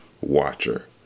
watcher